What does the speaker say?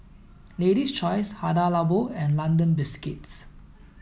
Lady's Choice Hada Labo and London Biscuits